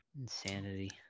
Insanity